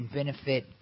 benefit